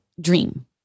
dream